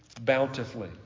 bountifully